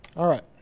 alright,